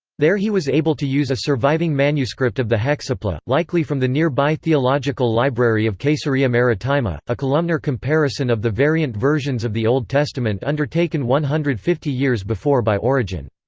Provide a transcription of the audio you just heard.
there he was able to use a surviving manuscript of the hexapla, likely from the nearby theological library of caesarea maritima, a columnar comparison of the variant versions of the old testament undertaken one hundred and fifty years before by origen.